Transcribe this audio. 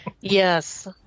Yes